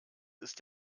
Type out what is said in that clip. ist